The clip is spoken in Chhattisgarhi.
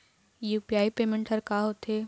यू.पी.आई पेमेंट हर का होते?